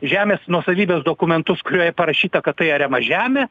žemės nuosavybės dokumentus kurioje parašyta kad tai ariama žemė